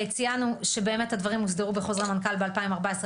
ציינו שבאמת הדברים הוסדרו בחוזרי מנכ"ל ב-2014,